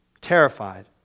Terrified